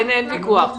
אין ספק.